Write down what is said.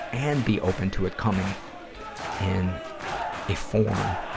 and be open to it coming in a form,